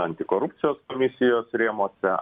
antikorupcijos komisijos rėmuose